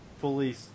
fully